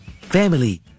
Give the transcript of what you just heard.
family